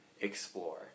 explore